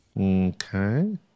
Okay